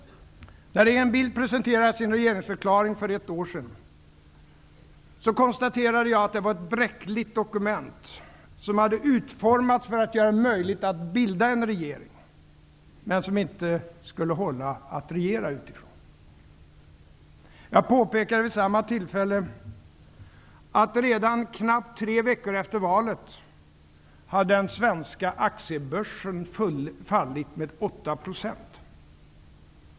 När regeringen Bildt presenterade sin regeringsförklaring för ett år sedan konstaterade jag att det var ett bräckligt dokument som hade utformats för att göra det möjligt att bilda en regering, men som det inte skulle vara möjligt att regera efter. Jag påpekade vid samma tillfälle att redan knappt tre veckor efter valet hade den svenska aktiebörsen fallit med åtta procent.